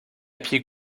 pieds